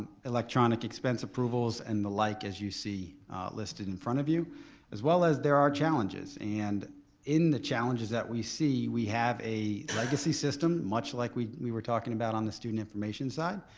electronic expense approvals and the like as you see listed in front of you as well as there are challenges and in the challenges that we see we have a legacy system, much like we we were talking about on the student information side,